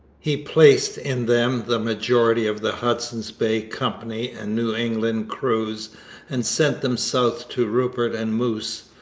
he placed in them the majority of the hudson's bay company and new england crews and sent them south to rupert and moose.